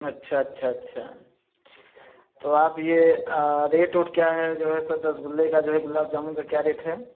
अच्छा अच्छा अच्छा तो आप ये रेट ओट क्या है जो है तो रसगुल्ले का जो है गुलाब जामुन का क्या रेट है